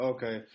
Okay